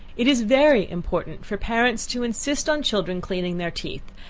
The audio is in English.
it is very important for parents to insist on children cleaning their teeth,